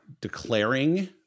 declaring